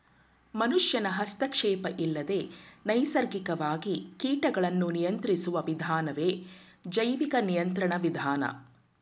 ಮನುಷ್ಯನ ಹಸ್ತಕ್ಷೇಪ ಇಲ್ಲದೆ ನೈಸರ್ಗಿಕವಾಗಿ ಕೀಟಗಳನ್ನು ನಿಯಂತ್ರಿಸುವ ವಿಧಾನವೇ ಜೈವಿಕ ನಿಯಂತ್ರಣ ವಿಧಾನ